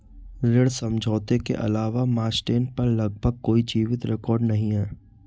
ऋण समझौते के अलावा मास्टेन पर लगभग कोई जीवित रिकॉर्ड नहीं है